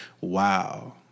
Wow